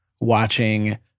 watching